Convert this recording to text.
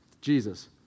Jesus